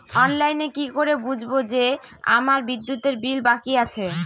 অনলাইনে কি করে বুঝবো যে আমার বিদ্যুতের বিল বাকি আছে?